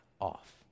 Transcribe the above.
off